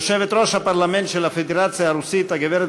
יושבת-ראש הפרלמנט של הפדרציה הרוסית הגברת